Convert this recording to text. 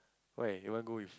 why you want go with